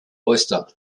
oyster